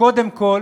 שקודם כול